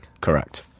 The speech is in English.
Correct